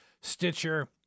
Stitcher